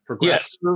Yes